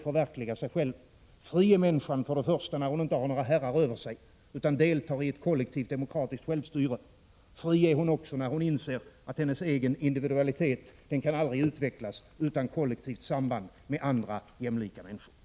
Fri är människan först och främst när hon inte har några herrar över sig utan deltar i ett kollektivt demokratiskt självstyre. Fri är hon också när hon inser att hennes egen individualitet aldrig kan utvecklas utan kollektivt samband med andra jämlika människor.